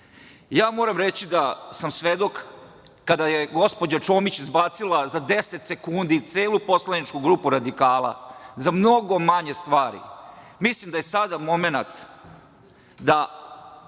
Moram reći da sam svedok kada je gospođa Čomić izbacila za deset sekundi celu poslaničku grupu radikala za mnogo manje stvari. Mislim da je sada momenat, da